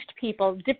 people